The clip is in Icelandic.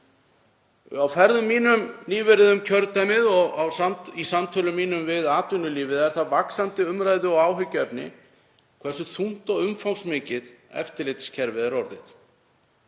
Á ferðum mínum nýverið um kjördæmið og í samtölum mínum við atvinnulífið er það vaxandi umræðu- og áhyggjuefni hversu þungt og umfangsmikið eftirlitskerfið er orðið.